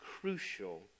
crucial